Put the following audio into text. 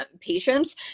patients